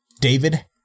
David